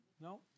No